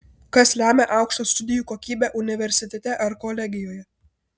kas lemia aukštą studijų kokybę universitete ar kolegijoje